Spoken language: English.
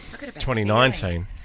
2019